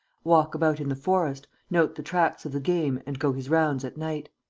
walk about in the forest, note the tracks of the game and go his rounds at night.